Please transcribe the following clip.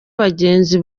bagenzi